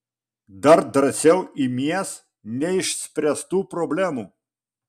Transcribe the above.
dar drąsiau imies neišspręstų problemų